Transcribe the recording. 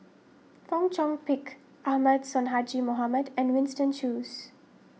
Fong Chong Pik Ahmad Sonhadji Mohamad and Winston Choos